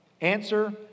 Answer